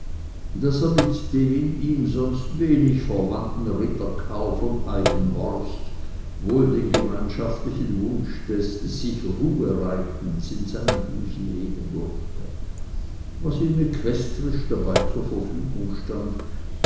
daß er mit dem ihm sonst wenig verwandten ritter karl von eichenhorst wohl den gemeinschaftlichen wunsch des sich ruhe reitens in seinem busen hegen durfte was ihm equestrisch dabei zur verfügung stand